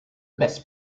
best